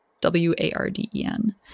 W-A-R-D-E-N